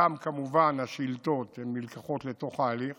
וכמובן גם השאילתות נלקחות לתוך ההליך